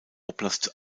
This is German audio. oblast